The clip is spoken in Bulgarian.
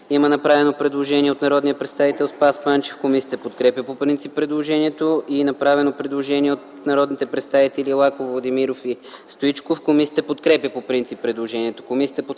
Има направено предложение от народния представител Спас Панчев. Комисията подкрепя по принцип предложението. Има направено предложение от народните представители Лаков, Владимиров и Стоичков. Комисията подкрепя по принцип предложението.